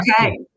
okay